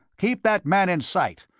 keep that man in sight.